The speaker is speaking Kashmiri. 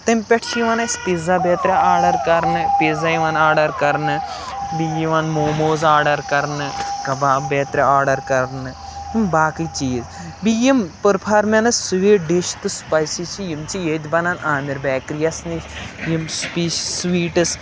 تمہِ پٮ۪ٹھ چھِ یِوَان اَسہِ پِزا بیترِ آرڈَر کَرنہٕ پِزا یِوان آرڈَر کَرنہٕ بیٚیہِ یِوان موموز آرڈَر کَرنہٕ کَباب بیترِ آرڈَر کَرنہٕ یِم باقٕے چیٖز بیٚیہِ یِم پٔرفارمٮ۪نٕس سُویٖٹ ڈِش تہٕ سُپایسٕز چھِ یِم چھِ ییٚتہِ بَنان عامِر بیکری یَس نِش یِم سپِش سُویٖٹٕس